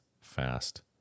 fast